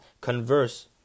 converse